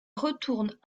retournent